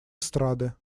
эстрады